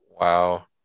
wow